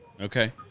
okay